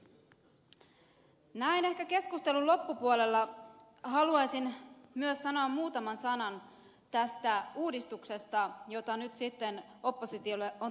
näin ehkä keskustelun loppupuolella haluaisin myös sanoa muutaman sanan uudistuksesta jota nyt sitten oppositiolle on tarjottu